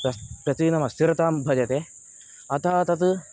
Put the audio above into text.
प्र प्रतिदिनम् अस्थिरतां भजते अतः तद्